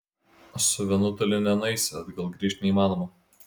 su vienu toli nenueisi atgal grįžt neįmanoma